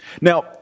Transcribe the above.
Now